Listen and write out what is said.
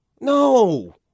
No